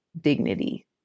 dignity